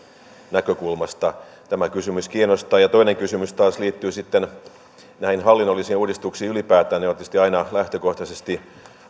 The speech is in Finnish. näkökulmasta tämä kysymys kiinnostaa toinen kysymys taas liittyy näihin hallinnollisiin uudistuksiin ylipäätään ne ovat tietysti aina lähtökohtaisesti